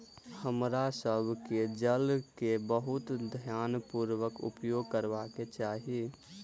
हमरा सभ के जल के बहुत ध्यानपूर्वक उपयोग करबाक चाही